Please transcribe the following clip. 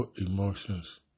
emotions